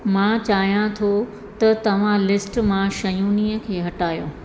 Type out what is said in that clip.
मां चाहियां थो त तव्हां लिस्ट मां शयूनि खे हटायो